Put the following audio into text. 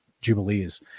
Jubilees